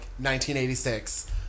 1986